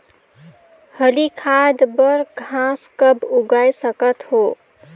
हरी खाद बर घास कब उगाय सकत हो?